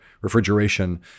refrigeration